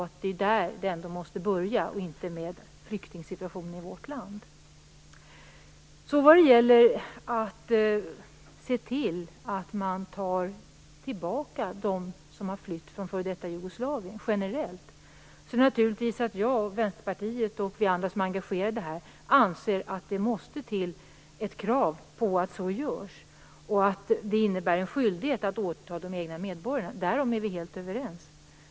Det är ändå där som man måste börja och inte med flyktingsituationen i vårt land. När det gäller att generellt ta tillbaka dem som har flytt från f.d. Jugoslavien anser jag, Vänsterpartiet och de som här är engagerade att det måste till ett krav på att så görs. Det är en skyldighet att ta emot de egna medborgarna, därom är vi helt överens.